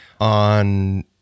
on